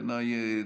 בעיניי,